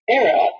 era